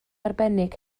arbennig